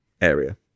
area